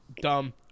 Dumb